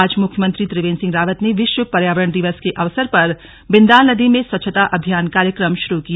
आज मुख्यमंत्री त्रिवेन्द सिंह रावत ने विश्व पर्यावरण दिवस के अवसर पर बिन्दाल नदी में स्वच्छता अभियान कार्यक्रम शुरू किया